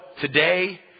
today